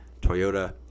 Toyota